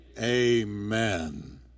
Amen